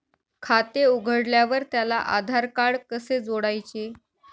खाते उघडल्यावर त्याला आधारकार्ड कसे जोडायचे?